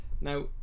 Now